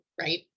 right